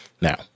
Now